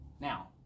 Now